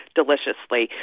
deliciously